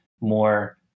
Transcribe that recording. more